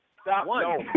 Stop